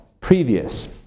previous